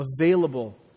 available